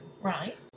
Right